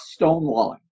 stonewalling